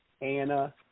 Anna